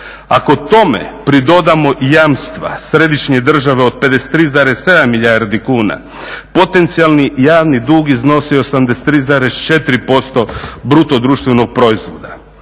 Ako tome pridodamo jamstva središnje države od 53,7 milijardi kuna, potencijalni javni dug iznosi 83,4% BDP-a.